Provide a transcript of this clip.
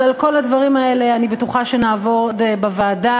אבל על כל הדברים האלה אני בטוחה שנעבוד בוועדה,